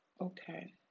Okay